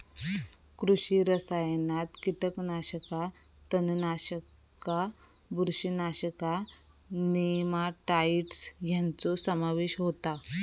कृषी रसायनात कीटकनाशका, तणनाशका, बुरशीनाशका, नेमाटाइड्स ह्यांचो समावेश होता